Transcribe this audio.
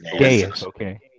Okay